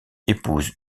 épouse